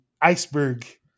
iceberg